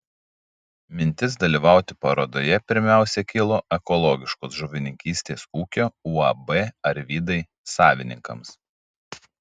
mintis dalyvauti parodoje pirmiausia kilo ekologiškos žuvininkystės ūkio uab arvydai savininkams